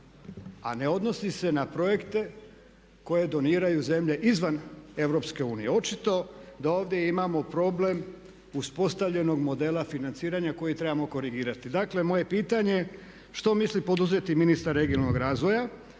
a ne odnosi se na projekte koje doniraju zemlje izvan EU. Očito da ovdje imamo problem uspostavljeno modela financiranja koji trebamo korigirati. Dakle moje pitanje je što misli poduzeti ministar regionalnog razvoja